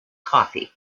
coffey